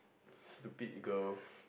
stupid girl